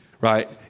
right